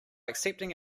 accepting